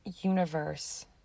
universe